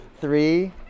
three